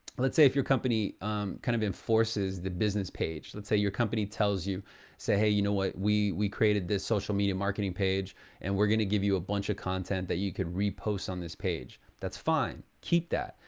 let's say if your company kind of enforces the business page, let's say your company tells you say, hey you know what? we we created this social media marketing page and we're gonna give you a bunch of content that you can repost on this page. that's fine, keep that.